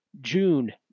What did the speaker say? June